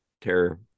terror